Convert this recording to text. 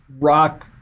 rock